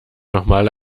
nochmal